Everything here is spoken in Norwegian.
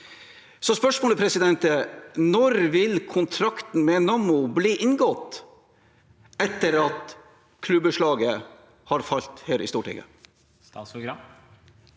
Så spørsmålet er: Når vil kontrakten med Nammo bli inngått, etter at klubbeslaget har falt her i Stortinget? Statsråd